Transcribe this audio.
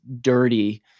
dirty